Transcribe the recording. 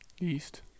east